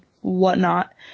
whatnot